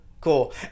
cool